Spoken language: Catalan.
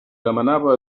demanava